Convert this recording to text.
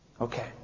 Okay